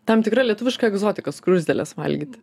tam tikra lietuviška egzotika skruzdėles valgyt